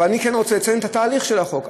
אבל אני כן רוצה לציין את התהליך של החוק.